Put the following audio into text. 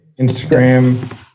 Instagram